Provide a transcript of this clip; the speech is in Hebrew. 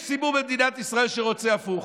ויש ציבור במדינת ישראל שרוצה הפוך.